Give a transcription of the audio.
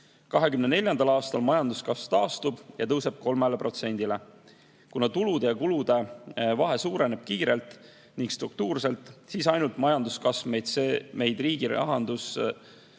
2024. aastal majanduskasv taastub ja tõuseb 3%-le. Kuna tulude ja kulude vahe suureneb kiirelt ja struktuurselt, siis ainult majanduskasv meie riigi rahandust